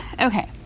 okay